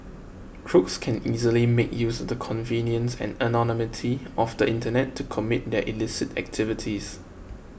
crooks can easily make use of the convenience and anonymity of the internet to commit their illicit activities